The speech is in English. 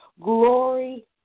glory